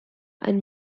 and